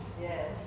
Yes